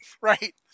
Right